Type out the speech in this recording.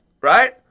Right